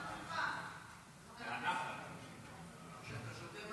לא --- הוא שתה כוס